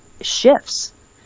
shifts